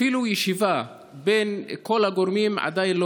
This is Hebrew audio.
אפילו ישיבה בין כל הגורמים עדיין לא